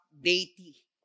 deity